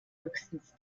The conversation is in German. höchstens